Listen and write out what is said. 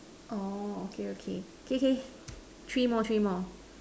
oh okay okay K K three more three more